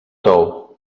tou